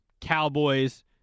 Cowboys